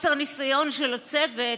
חוסר ניסיון של הצוות,